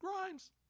Grimes